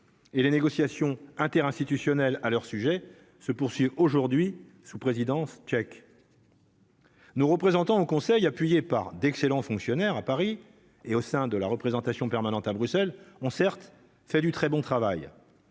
et les négociations inter- à leur sujet se poursuivent aujourd'hui sous présidence tchèque. Nos représentants au conseil, appuyés par d'excellents fonctionnaires à Paris et au sein de la représentation permanente à Bruxelles ont certes fait du très bon travail,